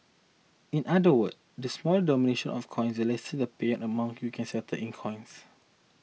in other words the smaller the denomination of coins the lesser the payment amount you can settle in coins